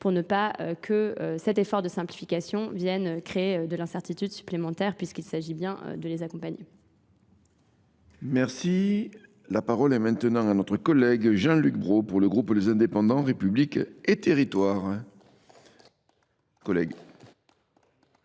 pour ne pas que cet effort de simplification vienne créer de l'incertitude supplémentaire puisqu'il s'agit bien de les accompagner. Merci. La parole est maintenant à notre collègue Jean-Luc Brault pour le groupe Les Indépendants, République et Territoires. Monsieur